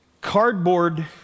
cardboard